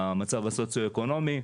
המצב הסוציו-אקונומי,